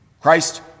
Christ